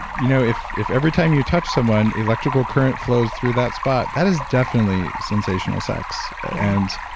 you know if if every time you touch someone, electrical current flows through that spot, that is definitely sensational sex. and